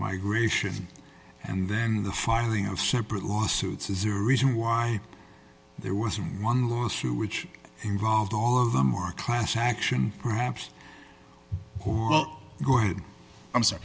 migration and then the firing of separate lawsuits is the reason why there was one last year which involved all of them are class action perhaps go ahead i'm sorry